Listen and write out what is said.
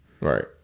Right